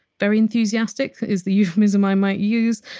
very enthusiastic is the euphemism i might use,